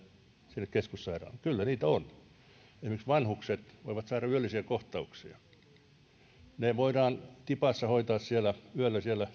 sinne keskussairaalaan kyllä niitä on esimerkiksi vanhukset voivat saada yöllisiä kohtauksia heidät voidaan tipassa hoitaa yöllä siellä